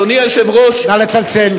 נא לצלצל.